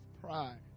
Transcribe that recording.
Pride